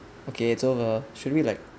okay it's over should we like